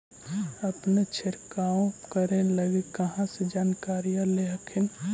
अपने छीरकाऔ करे लगी कहा से जानकारीया ले हखिन?